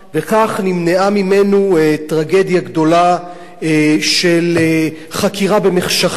וכך נמנעה ממנו טרגדיה גדולה של חקירה במחשכים,